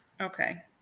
Okay